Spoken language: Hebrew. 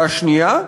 והשנייה,